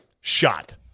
shot